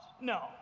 No